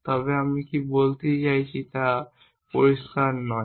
তবে আমি কী বলতে চাইছি তা পরিষ্কার নয়